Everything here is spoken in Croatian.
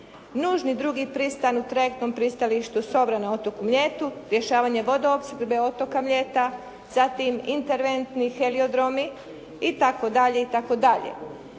nužni drugi pristan u trajektnom pristaništu Sobra na otoku Mljetu, rješavanje vodoopskrbe otoka Mljeta, zatim interventni heliodromi itd.